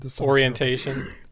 Orientation